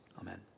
Amen